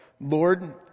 Lord